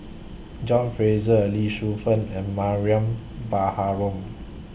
John Fraser Lee Shu Fen and Mariam Baharom